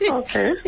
okay